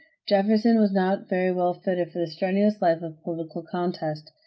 jefferson was not very well fitted for the strenuous life of political contest.